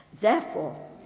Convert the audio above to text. Therefore